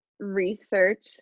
research